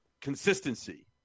consistency